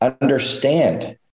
understand